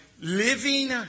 Living